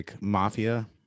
mafia